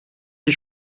die